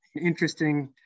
interesting